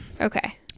okay